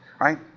Right